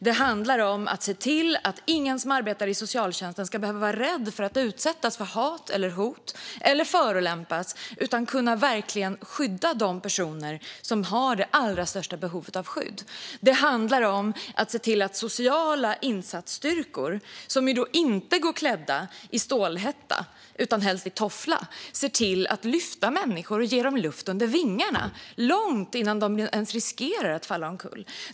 Det handlar om att se till att ingen som arbetar i socialtjänsten ska behöva vara rädd för att utsättas för hat eller hot eller att förolämpas utan att de verkligen kan skydda de personer som har de allra största behovet av skydd. Det handlar om att se till att sociala insatsstyrkor - som inte går klädda i stålhätta utan helst i toffla - kan lyfta människor och ge dem luft under vingarna långt innan de ens riskerar att falla omkull.